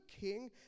king